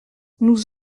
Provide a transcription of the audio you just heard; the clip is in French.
nous